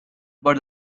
but